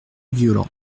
violent